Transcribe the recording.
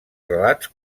relats